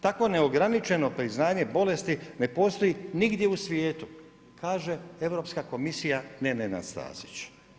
Tako neograničeno priznanje bolesti ne postoji nigdje u svijetu kaže Europska komisija, ne Nenad Stazić.